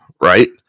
Right